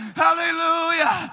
hallelujah